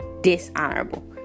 dishonorable